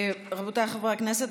רבותיי חברי הכנסת,